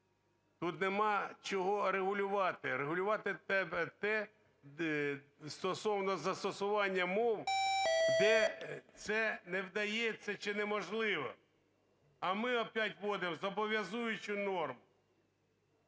Тут нема чого регулювати, регулювати треба те, стосовно застосування мов, де це не вдається чи неможливо. А ми оп'ять вводимо зобов'язуючу норму.